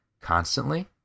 constantly